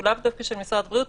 שהוא לאו דווקא של משרד הבריאות,